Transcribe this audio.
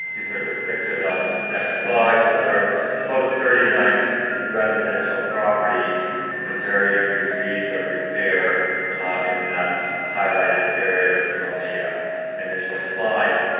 these are depicted on this next slide. so they're about thirty nine residential properties in varying degrees of repair in that highlighted area that was on the initial slide.